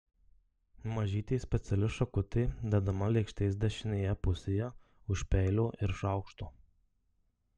mažytė speciali šakutė dedama lėkštės dešinėje pusėje už peilio ir šaukšto